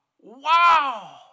wow